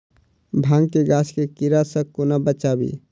भांग केँ गाछ केँ कीड़ा सऽ कोना बचाबी?